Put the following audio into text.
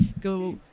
go